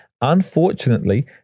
Unfortunately